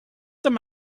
them